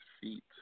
feet